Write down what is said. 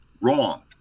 Wrong